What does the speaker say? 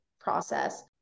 process